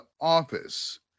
office